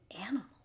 animals